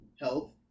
health